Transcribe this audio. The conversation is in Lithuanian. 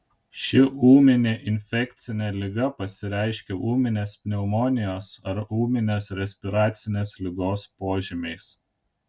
ši ūminė infekcinė liga pasireiškia ūminės pneumonijos ar ūminės respiracinės ligos požymiais